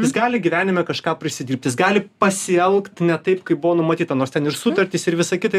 jis gali gyvenime kažką prisidirbt jis gali pasielgt ne taip kaip buvo numatyta nors ten ir sutartys ir visa kita